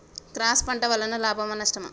Cross పంట వలన లాభమా నష్టమా?